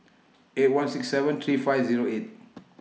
eight one six seven three five Zero eight